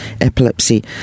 epilepsy